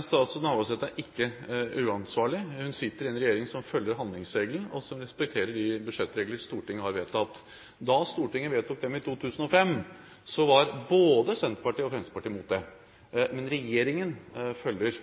Statsråd Navarsete er ikke uansvarlig. Hun sitter i en regjering som følger handlingsregelen, og som respekterer de budsjettregler som Stortinget har vedtatt. Da Stortinget vedtok dem i 2005, var både Senterpartiet og Fremskrittspartiet mot det, men regjeringen følger